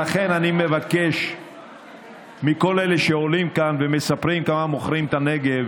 לכן אני מבקש מכל אלה שעולים כאן ומספרים כמה מוכרים את הנגב,